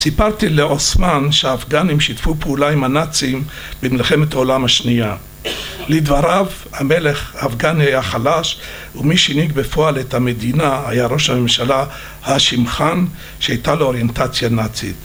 סיפרתי לאוסמן שהאפגנים שיתפו פעולה עם הנאצים במלחמת העולם השנייה. לדבריו, המלך האפגן היה חלש, ומי שהנהיג בפועל את המדינה היה ראש הממשלה השים חאן, שהייתה לו אוריינטציה נאצית